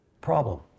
problem